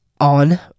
on